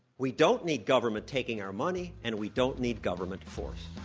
we don't need government taking our money, and we don't need government force.